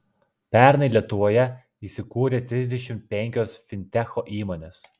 pernai lietuvoje įsikūrė trisdešimt penkios fintecho įmonės